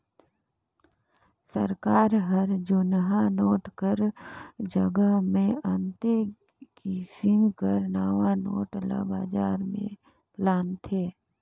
सरकार हर जुनहा नोट कर जगहा मे अन्ते किसिम कर नावा नोट ल बजार में लानथे